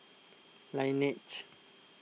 Laneige